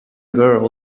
girl